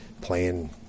playing